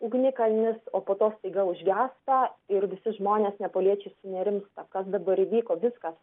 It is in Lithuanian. ugnikalnis o po to staiga užgęsta ir visi žmonės nepaliečiai sunerimsta kas dabar vyko viskas